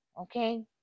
Okay